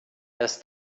das